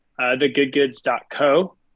thegoodgoods.co